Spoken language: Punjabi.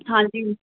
ਹਾਂਜੀ